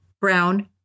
brown